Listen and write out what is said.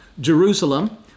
Jerusalem